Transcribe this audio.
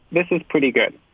this is pretty good.